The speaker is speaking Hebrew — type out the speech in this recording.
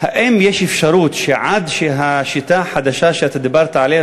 האם יש אפשרות שעד שהשיטה החדשה שדיברת עליה,